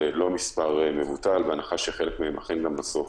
זה לא מספר מבוטל, בהנחה שחלק מהם אכן חולים בסוף.